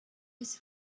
was